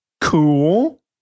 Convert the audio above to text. Cool